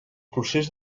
procés